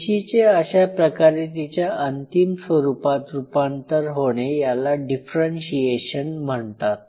पेशीचे अश्या प्रकारे तिच्या अंतिम स्वरूपात रूपांतर होणे याला डिफरेंशीएशन म्हणतात